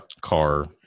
car